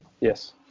Yes